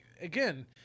Again